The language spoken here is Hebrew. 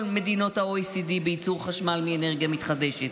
מדינות ה-OECD בייצור חשמל מאנרגיה מתחדשת.